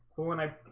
well when i